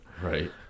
right